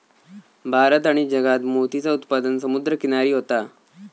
भारत आणि जगात मोतीचा उत्पादन समुद्र किनारी होता